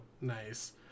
Nice